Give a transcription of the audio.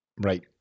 Right